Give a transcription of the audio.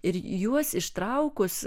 ir juos ištraukus